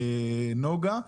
נגה,